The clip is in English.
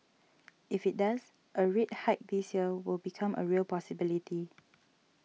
if it does a rate hike this year will become a real possibility